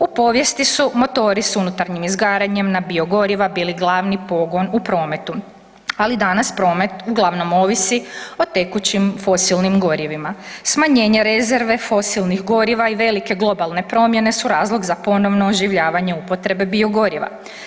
U povijesti su motori s unutarnjim izgaranjem na biogoriva bili glavni pogon u prometu, ali danas promet uglavnom ovisi o tekućim fosilnim gorivima, smanjenje rezerve fosilnih goriva i velike globalne promjene su razlog za ponovno oživljavanje upotrebe biogoriva.